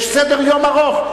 יש סדר-יום ארוך.